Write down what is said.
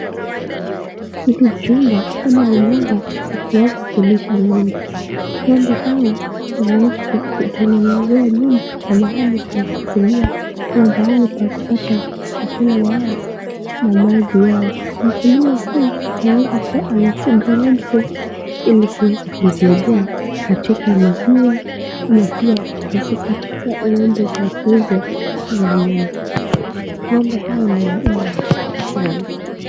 Hili ni chumba ama jumba la kuweza kulisha ngombe, ngombe hawa wameweza kutengenezewa nyumba na mahali ya kukulia, na mahali ya kupata chakula yao na maji yao, mkulima huyu anaweza kuwa anafuga ngombe hizi ili kuweza kunsaidia katika maziwa ama katika hii ngombe za kuuzwa za nyama, ngombe hawa ni wanne.